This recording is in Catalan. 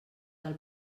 del